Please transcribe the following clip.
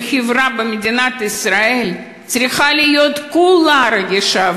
והחברה במדינת ישראל צריכה להיות כולה רגישה,